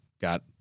got